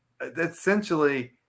essentially –